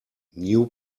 new